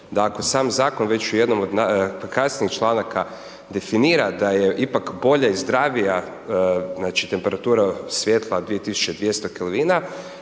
da ako sam Zakon već u jednom od kasnijih članaka definira da je ipak bolja i zdravija, znači, temperatura svijetla 2200